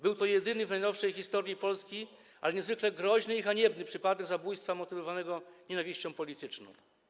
Był to jedyny w najnowszej historii Polski, ale niezwykle groźny i haniebny, przypadek zabójstwa motywowanego nienawiścią polityczną.